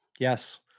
Yes